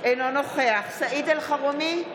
אינו נוכח סעיד אלחרומי,